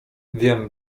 wiem